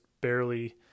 barely